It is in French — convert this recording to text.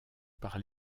par